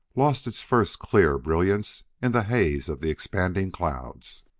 lost its first clear brilliance in the haze of the expanding clouds.